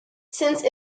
since